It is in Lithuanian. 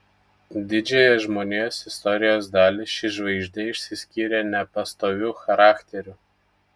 didžiąją žmonijos istorijos dalį ši žvaigždė išsiskyrė nepastoviu charakteriu